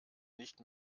nicht